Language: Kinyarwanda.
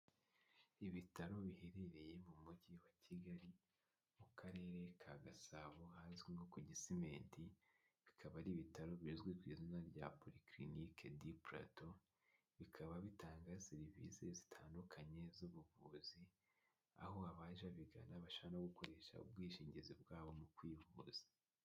Ibitaro biherereye mu mujyi wa Kigali mu karere ka Gasabo hazwi nko ku gisimenti bikaba ari ibitaro bizwi ku izina rya polyclinique du plateaux bikaba bitanga serivisi zitandukanye z'ubuvuzi aho abaje babigana bashaka no gukoresha ubwishingizi bwabo mu kwivuza.